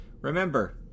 Remember